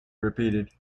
repeated